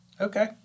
Okay